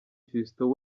fiston